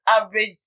average